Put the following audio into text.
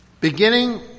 beginning